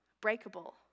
breakable